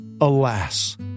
Alas